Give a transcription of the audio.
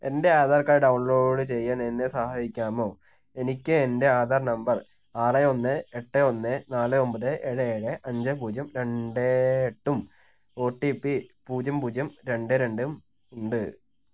എൻ്റെ Aadhaar card download ചെയ്യാൻ എന്നെ സഹായിക്കാമോ എനിക്ക് എൻ്റെ ആധാർ നമ്പർ ആറ് ഒന്ന് എട്ട് ഒന്ന് നാല് ഒമ്പത് ഏഴ് ഏഴ് അഞ്ച് പൂജ്യം രണ്ട് എട്ടും ഒ ടി പി പൂജ്യം പൂജ്യം രണ്ട് രണ്ടും ഉണ്ട്